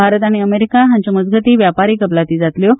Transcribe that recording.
भारत आनी अमेरीका हांच्या मजगती वेपारी कबलाती जातल्यो